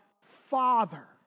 Father